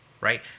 right